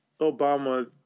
Obama